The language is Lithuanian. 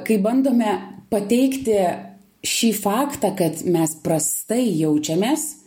kai bandome pateikti šį faktą kad mes prastai jaučiamės